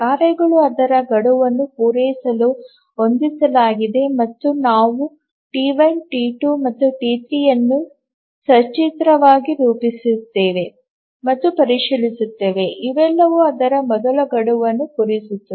ಕಾರ್ಯಗಳು ಅದರ ಗಡುವನ್ನು ಪೂರೈಸಲು ಹೊಂದಿಸಲಾಗಿದೆ ಮತ್ತು ನಾವು ಟಿ1 ಟಿ2 ಮತ್ತು ಟಿ3 ಅನ್ನು ಸಚಿತ್ರವಾಗಿ ರೂಪಿಸಿದ್ದೇವೆ ಮತ್ತು ಪರಿಶೀಲಿಸಿದ್ದೇವೆ ಇವೆಲ್ಲವೂ ಅವರ ಮೊದಲ ಗಡುವನ್ನು ಪೂರೈಸುತ್ತವೆ